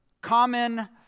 common